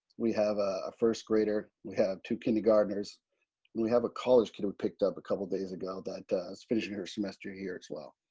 we have a first grader, we have two kindergartners and we have a college kid we picked up a couple of days ago that is finishing her semester here as well.